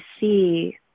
see